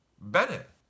Bennett